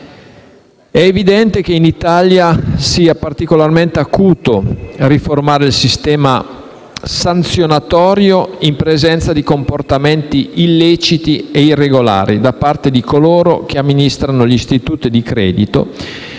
È evidente che in Italia sia particolarmente acuta l'esigenza di riformare il sistema sanzionatorio in presenza di comportamenti illeciti e irregolari da parte di coloro che amministrano gli istituti di credito